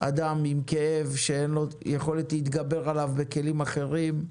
אדם עם כאב שאין לו יכולת להתגבר עליו בכלים אחרים,